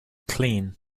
clean